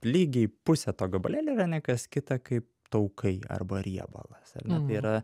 lygiai pusė to gabalėlio yra ne kas kita kaip taukai arba riebalas ar ne tai yra